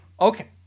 Okay